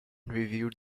reviewed